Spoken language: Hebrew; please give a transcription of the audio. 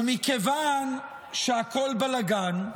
ומכיוון שהכול בלגן,